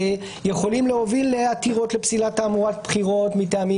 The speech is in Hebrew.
יכולים להוביל לעתירות לפסילת תעמולת בחירות מטעמים